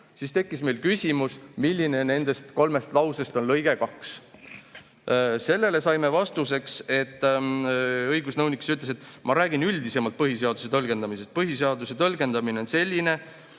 siis tekkis meil küsimus, milline nendest kolmest lausest on lõige 2. Sellele saime vastuseks, õigusnõunik ütles, et ta räägib üldisemalt põhiseaduse tõlgendamisest. Põhiseaduse tõlgendamine on selline,